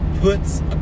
puts